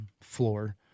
floor